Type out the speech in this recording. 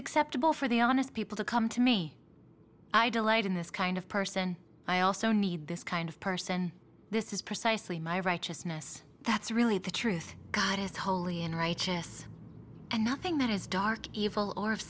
acceptable for the honest people to come to me i delight in this kind of person i also need this kind of person this is precisely my righteousness that's really the truth god is holy and righteous and nothing that is dark evil or of